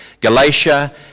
Galatia